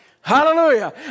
Hallelujah